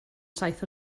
saith